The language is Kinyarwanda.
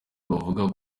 bavuga